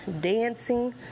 dancing